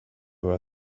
were